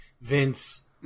Vince